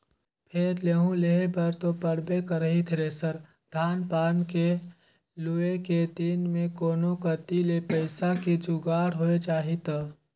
फेर लेहूं लेहे बर तो पड़बे करही थेरेसर, धान पान के लुए के दिन मे कोनो कति ले पइसा के जुगाड़ होए जाही त